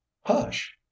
hush